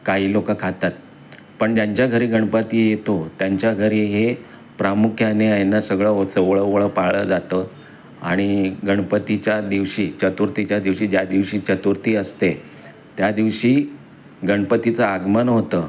काही लोकं खातात पण ज्यांच्या घरी गणपती येतो त्यांच्या घरी हे प्रामुख्याने आहे ना सगळं ओ सोवळंओवळं पाळलं जातं आणि गणपतीच्या दिवशी चतुर्थीच्या दिवशी ज्या दिवशी चतुर्थी असते त्या दिवशी गणपतीचं आगमन होतं